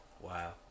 Wow